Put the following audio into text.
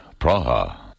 Praha